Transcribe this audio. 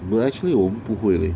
will actually 我们不会咧